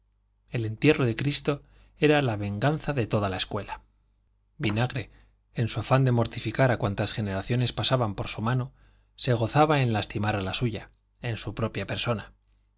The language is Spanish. el entierro de cristo era la venganza de toda la escuela vinagre en su afán de mortificar a cuantas generaciones pasaban por su mano se gozaba en lastimar a la suya en su propia persona